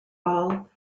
all